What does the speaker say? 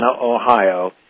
Ohio